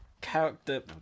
Character